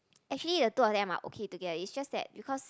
actually the two of them are okay together is just that because